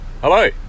Hello